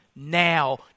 now